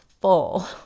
full